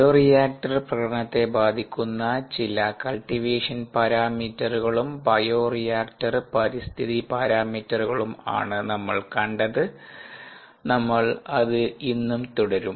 bioreactor പ്രകടനത്തെ ബാധിക്കുന്ന ചില കൾടിവേഷൻ പരാമീറ്ററുകളും ബയോറിയാക്ടർ പരിസ്ഥിതി പരാമീറ്ററുകളും ആണ് നമ്മൾ കണ്ടത് നമ്മൾ അത് ഇന്നും തുടരും